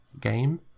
game